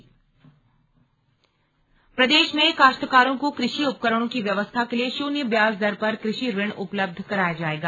slug CM Pauri दौरा प्रदेश में काश्तकारों को कृषि उपकरणों की व्यवस्था के लिए शून्य ब्याज दर पर कृषि ऋण उपलब्ध कराया जायेगा